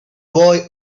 boy